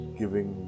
giving